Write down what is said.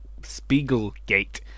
Spiegelgate